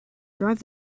drive